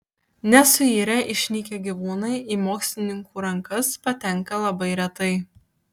nesuirę išnykę gyvūnai į mokslininkų rankas patenka labai retai